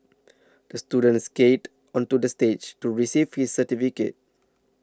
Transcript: the student skated onto the stage to receive his certificate